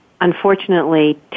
unfortunately